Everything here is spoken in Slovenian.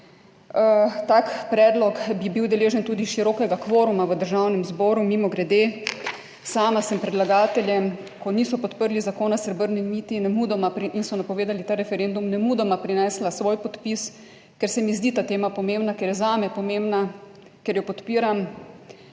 Tak predlog bi bil deležen tudi širokega kvoruma v Državnem zboru. Mimogrede, sama sem predlagateljem, ko niso podprli Zakona Srebrni niti nemudoma in so napovedali ta referendum, nemudoma prinesla svoj podpis, ker se mi zdi ta tema pomembna, ker je zame pomembna, ker jo podpiram.